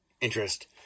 interest